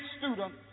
student